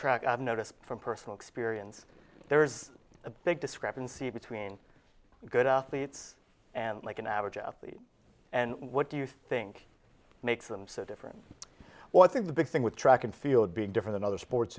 track i've noticed from personal experience there's a big discrepancy between good athletes and like an average athlete and what do you think makes them so different well i think the big thing with track and field being different in other sports